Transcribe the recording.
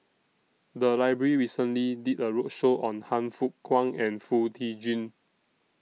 The Library recently did A roadshow on Han Fook Kwang and Foo Tee Jun